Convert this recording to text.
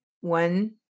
one